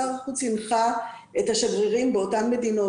שר החוץ הנחה את השגרירים באותן מדינות,